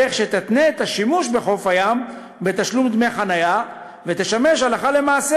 בדרך שתתנה את השימוש בחוף הים בתשלום דמי חניה ותשמש הלכה למעשה